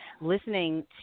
listening